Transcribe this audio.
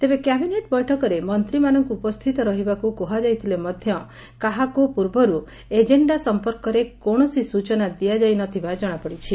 ତେବେ କ୍ୟାବିନେଟ୍ ବୈଠକରେ ମନ୍ତୀମାନଙ୍କୁ ଉପସ୍ତିତ ରହିବାକୁ କୁହାଯାଇଥିଲେ ମଧ୍ଧ କାହାକୁ ପୂର୍ବରୁ ଏଜେଣ୍ଡା ସଂପର୍କରେ କୌଣସି ସ୍ଚନା ଦିଆଯାଇ ନଥିବା ଜଣାପଡ଼ିଛି